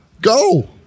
Go